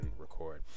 record